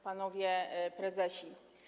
Panowie Prezesi!